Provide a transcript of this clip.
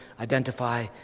identify